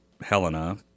Helena